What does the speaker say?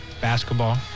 basketball